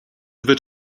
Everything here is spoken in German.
wird